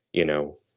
you know,